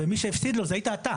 ומי שהפסיד לו זה היית אתה.